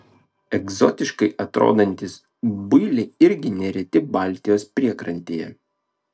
egzotiškai atrodantys builiai irgi nereti baltijos priekrantėje